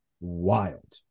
wild